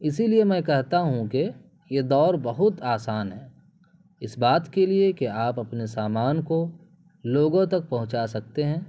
اسی لیے میں کہتا ہوں کہ یہ دور بہت آسان ہے اس بات کے لیے کہ آپ اپنے سامان کو لوگوں تک پہنچا سکتے ہیں